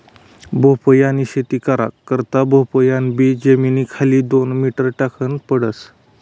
भोपयानी शेती करा करता भोपयान बी जमीनना खाले दोन मीटर टाकन पडस